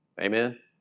Amen